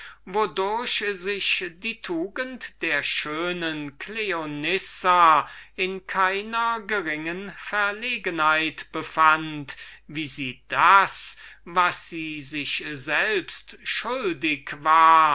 die tugend der allzuschönen cleonissa in keine geringe verlegenheit gesetzt befand wie sie in einer so schlüpfrigen situation dasjenige was sie sich selbst schuldig war